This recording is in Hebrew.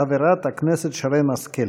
חברת הכנסת שרן השכל.